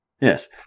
Yes